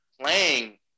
playing